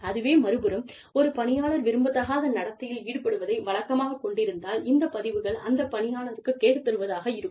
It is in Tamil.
அதுவே மறுபுறம் ஒரு பணியாளர் விரும்பத்தகாத நடத்தையில் ஈடுபடுவதை வழக்கமாகக் கொண்டிருந்தால் இந்த பதிவுகள் அந்த பணியாளருக்கு கேடு தருவதாகவே இருக்கும்